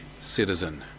citizen